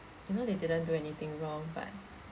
you know they didn't do anything wrong but